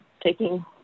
taking